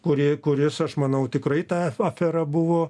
kuri kuris aš manau tikrai ta afera buvo